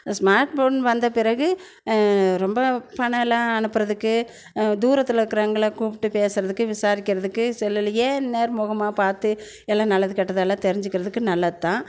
smart phone வந்த பிறகு ரொம்ப பணம்லாம் அனுப்புறதுக்கு தூரத்தில் இருக்கிறவங்கள கூப்பிட்டு பேசுறதுக்கு விசாரிக்கிறதுக்கு செல்லுலேயே நேர்முகமாக பார்த்து எல்லாம் நல்லது கெட்டது எல்லாம் தெரிஞ்சிக்கிறதுக்கு நல்லது தான்